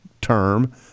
term